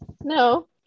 No